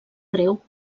greu